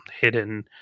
hidden